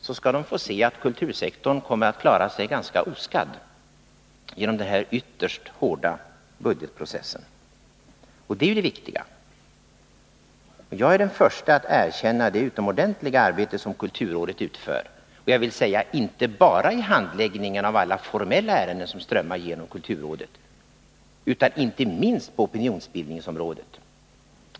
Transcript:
Då skall de finna att kultursektorn kommer att klara sig ganska oskadd genom den här ytterst hårda budgetprocessen. Och det är det viktiga. Jag är den förste att erkänna att kulturrådet utför ett utomordentligt arbete —- inte bara vid handläggningen av alla formella ärenden som strömmar genom kulturrådet utan också, och inte minst, på opinionsbildningens område.